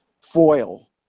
foil